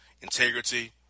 integrity